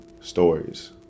stories